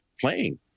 playing